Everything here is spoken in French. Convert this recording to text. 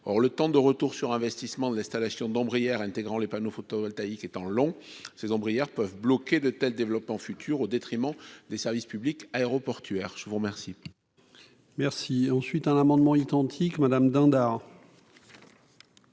or le temps de retour sur investissement de l'installation dans Brière intégrant les panneaux photovoltaïques étant long ces ombrière peuvent bloquer de tels développements futurs, au détriment des services publics aéroportuaires, je vous remercie.